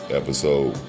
episode